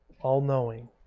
all-knowing